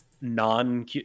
non